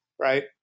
right